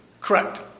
Correct